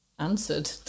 answered